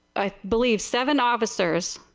i believe seven officers,